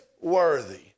worthy